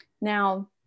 now